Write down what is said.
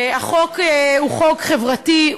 החוק הוא חוק חברתי,